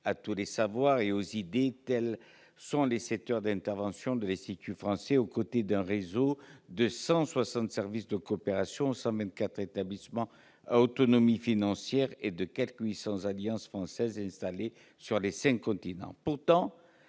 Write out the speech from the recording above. à tous les savoirs et aux idées : tels sont les secteurs d'intervention de l'Institut français, aux côtés d'un réseau de 160 services de coopération, de 124 établissements à autonomie financière et de quelque 800 alliances françaises installées sur les cinq continents.